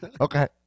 Okay